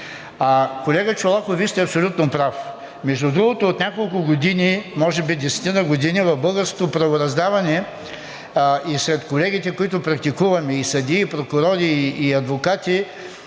Колега Чолаков, Вие сте абсолютно прав.